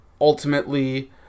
ultimately